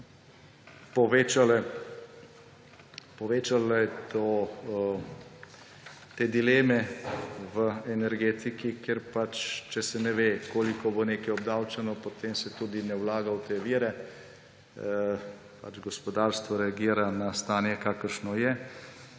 povečale te dileme v energetiki, ker če se ne ve, koliko bo nekaj obdavčeno, potem se tudi ne vlaga v te vire. Gospodarstvo reagira na stanje, kakršno je;